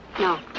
No